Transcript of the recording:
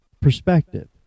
perspective